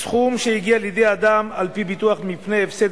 סכום שהגיע לידי אדם על-פי ביטוח מפני הפסד